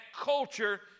culture